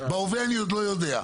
בהווה אני עוד לא יודע,